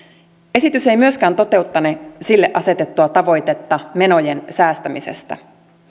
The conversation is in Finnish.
esitys ei myöskään toteuttane sille asetettua tavoitetta menojen säästämisestä